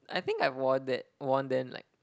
I think I wore that worn then like